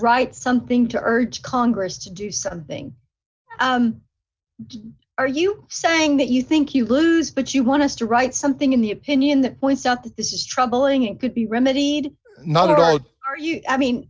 write something to urge congress to do something are you saying that you think you lose but you want to write something in the opinion that points out that this is troubling it could be remedied not out are you i mean